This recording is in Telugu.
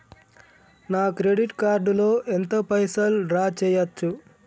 నా క్రెడిట్ కార్డ్ లో ఎంత పైసల్ డ్రా చేయచ్చు?